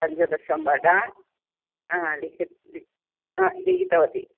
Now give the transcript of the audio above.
पञ्चदशं वडा लिखितं लिखितं लिखितवती